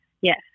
Yes